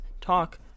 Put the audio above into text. talk